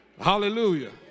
hallelujah